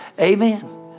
Amen